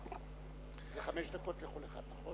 חמש דקות לכל אחד.